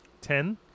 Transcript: Ten